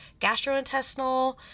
gastrointestinal